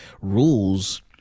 rules